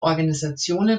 organisationen